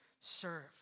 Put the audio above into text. serve